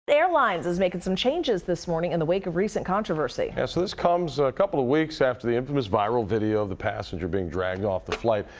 airlines is making some changes this morning in the wake of recent controversy. so this comes a couple of weeks after the infamous viral video of the passenger being dragged off the flight.